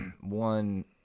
one